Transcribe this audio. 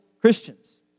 Christians